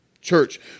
Church